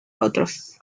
otros